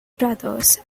brothers